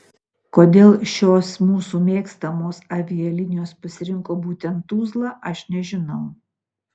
kodėl šios mūsų mėgstamos avialinijos pasirinko būtent tuzlą aš nežinau